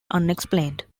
unexplained